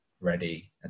ready